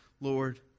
Lord